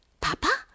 Papa